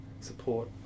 support